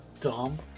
dumb